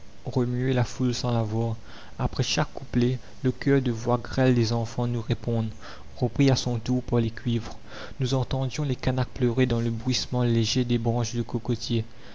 remuer la foule sans la voir après chaque couplet le chœur de voix grêles des enfants nous répondent repris à son tour par les cuivres nous entendions les canaques pleurer dans le bruissement léger des branches de cocotiers